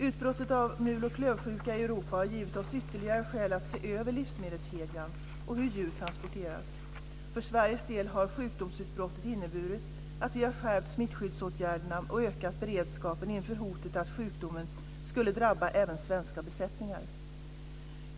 Utbrottet av mul och klövsjuka i Europa har givit oss ytterligare skäl att se över livsmedelskedjan och hur djur transporteras. För Sveriges del har sjukdomsutbrottet inneburit att vi har skärpt smittskyddsåtgärderna och ökat beredskapen inför hotet att sjukdomen skulle drabba även svenska besättningar.